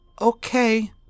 Okay